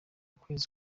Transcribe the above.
kwezi